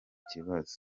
kibazo